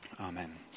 Amen